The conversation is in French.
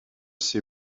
ses